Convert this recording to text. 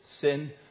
sin